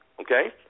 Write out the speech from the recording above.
Okay